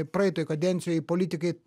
praeitoj kadencijoj politikai